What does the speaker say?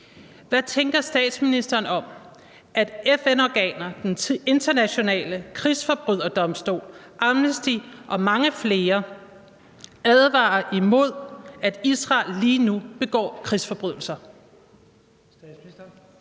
Hvad tænker statsministeren om, at FN-organer, den internationale krigsforbryderdomstol, Amnesty og mange flere advarer imod, at Israel lige nu begår krigsforbrydelser?